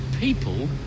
people